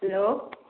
hello